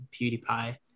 PewDiePie